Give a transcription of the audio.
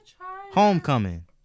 Homecoming